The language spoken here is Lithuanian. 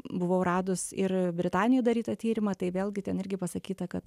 buvau radus ir britanijoj darytą tyrimą tai vėlgi ten irgi pasakyta kad